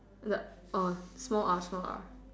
the uh small R small R